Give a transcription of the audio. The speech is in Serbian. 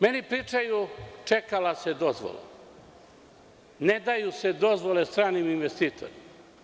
Meni pričaju, čekala se dozvola, ne daju se dozvole stranim investitorima.